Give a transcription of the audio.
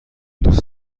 دوست